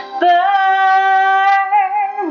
burn